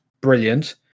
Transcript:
brilliant